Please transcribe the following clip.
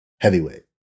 heavyweight